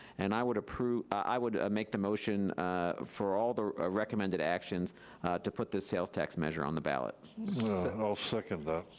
and i would approve, i would make the motion for all the recommended actions to put this sales tax measure on the ballot. i'll second that.